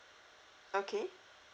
okay